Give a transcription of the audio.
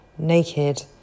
naked